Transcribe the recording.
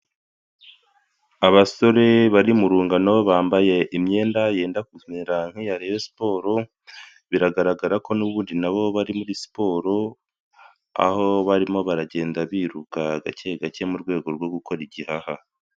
Abasore bari mu rungano bambaye imyenda yendamerara nk'iya reyo siporo, biragaragara ko n'ubundi nabo bari muri siporo, aho barimo baragenda biruka agake gake, mu rwego rwo gukora igihaha.